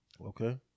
Okay